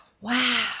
Wow